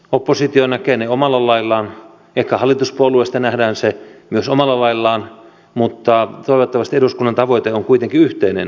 oppositio näkee ne omalla laillaan ehkä hallituspuolueista nähdään se myös omalla laillaan mutta toivottavasti eduskunnan tavoite on kuitenkin yhteinen